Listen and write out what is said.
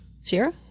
Sierra